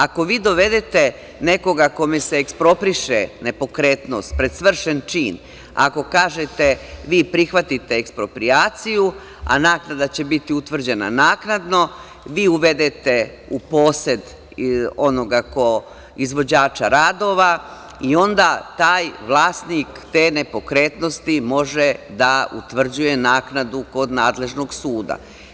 Ako vi dovedete nekoga kome se ekspropriše nepokretnost pred svršen čin, Ako kažete – vi prihvatite eksproprijaciju, a naknada će biti utvrđena naknadno, vi uvedete u posed onoga izvođača radova i onda taj vlasnik te nepokretnosti može da utvrđuje naknadu kod nadležnog suda.